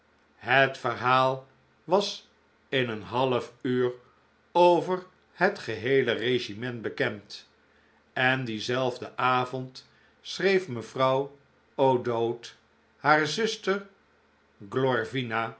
het verhaal was in een half uur over het geheele regiment bekend en dienzelfden avond schreef mevrouw o'dowd haar zuster